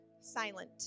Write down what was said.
silent